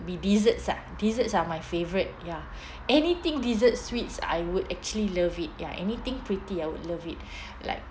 be desserts ah desserts are my favorite ya anything dessert sweets I would actually love it ya anything pretty I would love it like